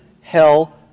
hell